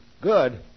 Good